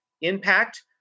impact